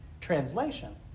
translation